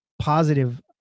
positive